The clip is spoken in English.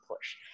push